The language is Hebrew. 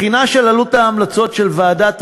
בחינה של עלות ההמלצות של ועדת טרכטנברג,